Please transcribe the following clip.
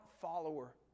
follower